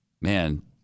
Man